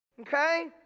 Okay